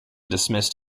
dismissed